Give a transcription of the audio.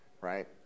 Right